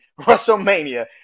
WrestleMania